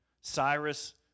Cyrus